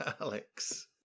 Alex